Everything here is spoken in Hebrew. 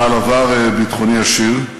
בעל עבר ביטחוני עשיר,